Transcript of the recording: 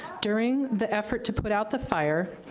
during the effort to put out the fire,